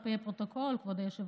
על פי הפרוטוקול: כבוד היושב-ראש,